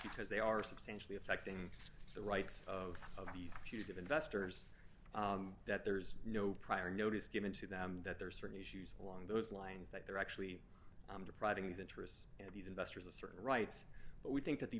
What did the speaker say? because they are substantially affecting the rights of of these putative investors that there's no prior notice given to them that there are certain issues along those lines that they're actually i'm depriving these interest and these investors assert rights but we think that the